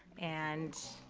and